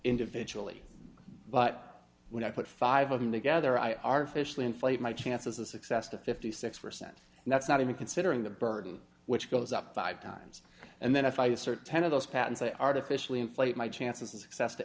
individually but when i put five of them together i artificially inflate my chances of success to fifty six percent and that's not even considering the burden which goes up five times and then if i assert ten of those patents i artificially inflate my chances of success to